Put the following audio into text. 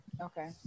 Okay